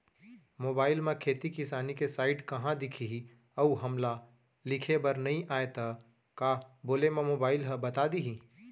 Mobile म खेती किसानी के साइट कहाँ दिखही अऊ हमला लिखेबर नई आय त का बोले म मोबाइल ह बता दिही?